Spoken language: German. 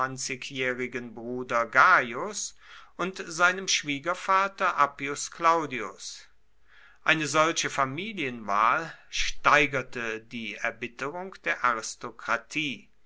bruder gaius und seinem schwiegervater appius claudius eine solche familienwahl steigerte die erbitterung der